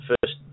First